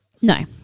No